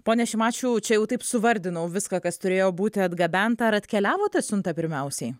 pone šimašiau čia jau taip suvardinau viską kas turėjo būti atgabenta ar atkeliavo ta siunta pirmiausiai